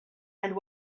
and